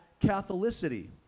Catholicity